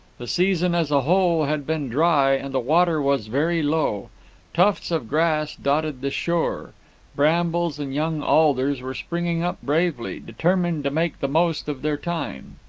the season as a whole had been dry, and the water was very low tufts of grass dotted the shore brambles and young alders were springing up bravely, determined to make the most of their time.